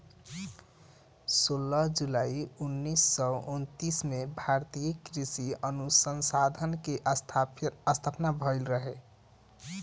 सोलह जुलाई उन्नीस सौ उनतीस में भारतीय कृषि अनुसंधान के स्थापना भईल रहे